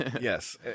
Yes